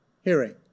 hearing